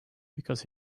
because